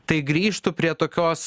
tai grįžtų prie tokios